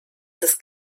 des